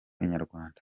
inyarwanda